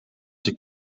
zijn